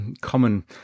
common